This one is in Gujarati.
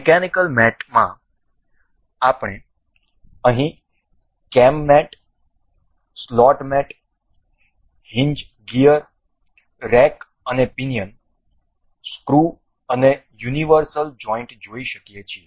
મિકેનિકલ મેટમાં આપણે અહીં cam mate slot mate hinge gear rack અને પિનિઅન સ્ક્રૂ અને યુનિવર્સલ જોઈન્ટ જોઈ શકીએ છીએ